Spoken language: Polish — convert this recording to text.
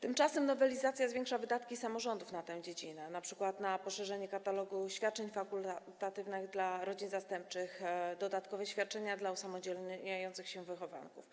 Tymczasem nowelizacja zwiększa wydatki samorządów na tę dziedzinę, np. na poszerzenie katalogu świadczeń fakultatywnych dla rodzin zastępczych i dodatkowe świadczenia dla usamodzielniających się wychowanków.